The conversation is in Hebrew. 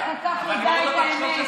13 פעם, אתה כל כך יודע את האמת,